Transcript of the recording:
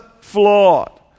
flawed